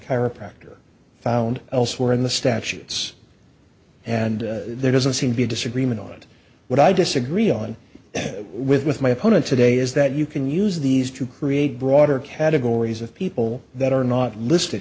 chiropractor found elsewhere in the statutes and there doesn't seem to be disagreement on and what i disagree on with with my opponent today is that you can use these to create broader categories of people that are not listed